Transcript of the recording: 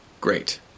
Great